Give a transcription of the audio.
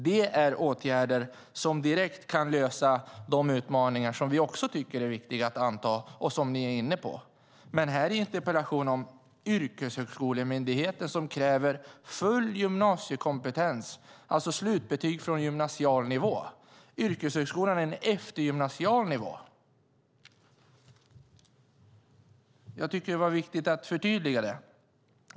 Det är åtgärder som direkt kan lösa de utmaningar som vi också tycker är viktiga att anta och som ni är inne på. Men det här är en interpellation om yrkeshögskolemyndigheten, som kräver full gymnasiekompetens, det vill säga slutbetyg från gymnasial nivå. Yrkeshögskolan är en eftergymnasial nivå. Jag tycker att det var viktigt att förtydliga detta.